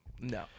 no